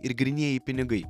ir grynieji pinigai